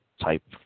type